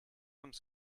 some